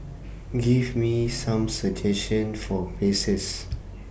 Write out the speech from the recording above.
Give Me Some suggestions For Places